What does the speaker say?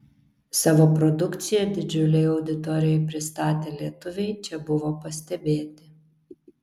savo produkciją didžiulei auditorijai pristatę lietuviai čia buvo pastebėti